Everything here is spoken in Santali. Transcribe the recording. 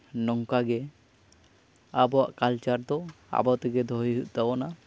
ᱱᱚᱝᱠᱟᱜᱮ ᱟᱵᱚᱣᱟᱜ ᱠᱟᱞᱪᱟᱨ ᱫᱚ ᱟᱵᱚ ᱛᱮᱜᱮ ᱫᱚᱦᱚᱭ ᱦᱩᱭᱩᱜ ᱛᱟᱵᱚᱱᱟ